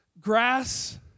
grass